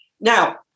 Now